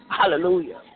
Hallelujah